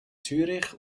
zürich